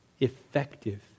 effective